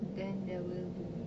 then there will be